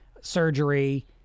surgery